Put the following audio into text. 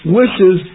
wishes